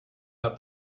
out